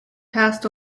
passed